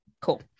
Cool